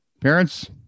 parents